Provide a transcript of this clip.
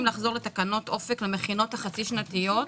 לחזור לתקנות אופק למכינות החצי שנתיות.